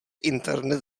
internet